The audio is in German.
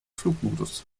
flugmodus